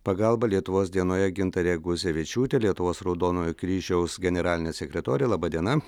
pagalbą lietuvos dienoje gintarė guzevičiūtė lietuvos raudonojo kryžiaus generalinė sekretorė laba diena